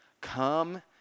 Come